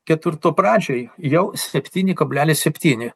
ketvirtų pradžioj jau septyni kablelis septyni